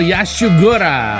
Yashugura